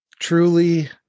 truly